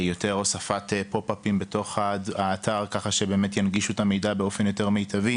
הוספת יותר פופ-אפים בתוך האתר כך שינגישו את המידע באופן מיטבי יותר,